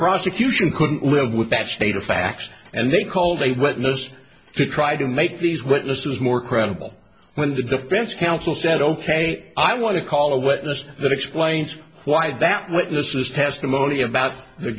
prosecution couldn't live with that state of facts and they called they witnessed to try to make these witnesses more credible when the defense counsel said ok i want to call a witness that explains why that witness's testimony about the